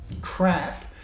crap